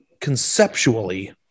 conceptually